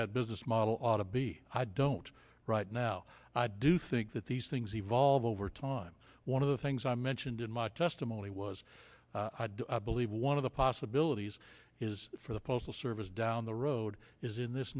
that business model ought to be i don't right now i do think that these things evolve over time one of the things i mentioned in my testimony was i'd believe one of the possibilities is for the postal service down the road is in this